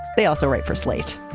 they also write for slate.